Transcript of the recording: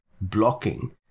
blocking